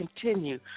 continue